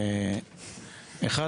דבר ראשון,